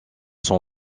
son